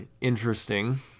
interesting